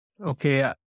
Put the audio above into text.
Okay